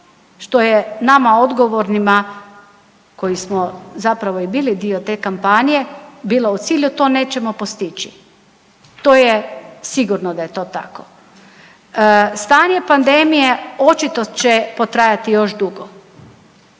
što je nama odgovornima koji smo zapravo i bili dio te kapanje bilo u cilju to nećemo postići, to je sigurno da je to tako. Stanje pandemije očito će potrajati još dugo